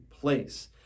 place